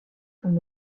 comme